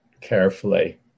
carefully